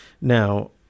Now